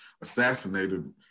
assassinated